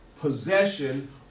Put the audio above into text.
possession